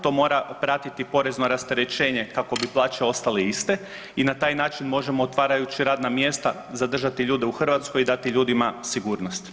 To mora pratiti porezno rasterećenje kako bi plaće ostale iste i na taj način možemo otvarajući radna mjesta zadržati ljude u Hrvatskoj i dati ljudima sigurnost.